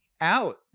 out